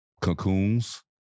cocoons